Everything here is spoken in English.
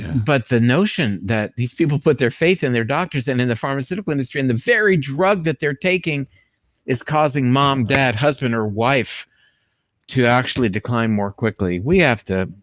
but the notion that these people put their faith in their doctors and in the pharmaceutical industry and the very drug that they're taking is causing mom, dad, husband, or wife to actually decline more quickly. we have to,